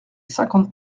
cinquante